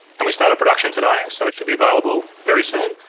and we started production today. so it should be available very soon.